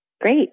Great